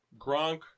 Gronk